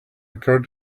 occurred